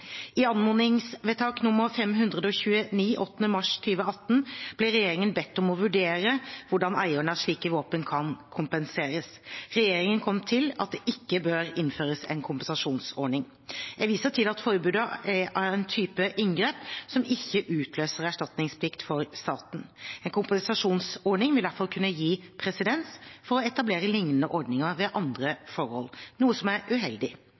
I anmodningsvedtak nr. 529 den 8. mars 2018 ble regjeringen bedt om å vurdere hvordan eierne av slike våpen kan kompenseres. Regjeringen kom til at det ikke bør innføres en kompensasjonsordning. Jeg viser til at forbudet er en type inngrep som ikke utløser erstatningsplikt for staten. En kompensasjonsordning vil derfor kunne gi presedens for å etablere lignende ordninger ved andre forbud, noe som er uheldig.